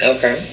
Okay